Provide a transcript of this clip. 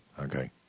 Okay